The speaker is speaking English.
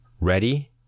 Ready